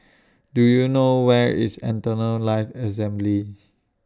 Do YOU know Where IS Eternal Life Assembly